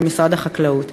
במשרד החקלאות.